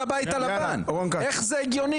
אז גם לארצות הברית --- לא ארצות הברית נוסעת לקפריסין,